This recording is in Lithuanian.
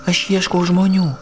aš ieškau žmonių